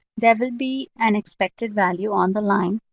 that would be an expected value on the line,